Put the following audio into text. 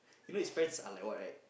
I mean his friends are like what right